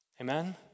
Amen